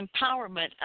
Empowerment